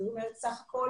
זאת אומרת סך הכול